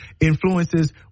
influences